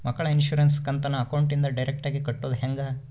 ಮಕ್ಕಳ ಇನ್ಸುರೆನ್ಸ್ ಕಂತನ್ನ ಅಕೌಂಟಿಂದ ಡೈರೆಕ್ಟಾಗಿ ಕಟ್ಟೋದು ಹೆಂಗ?